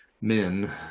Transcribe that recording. men